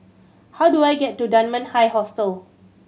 how do I get to Dunman High Hostel